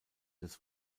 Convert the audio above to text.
des